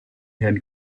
had